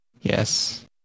Yes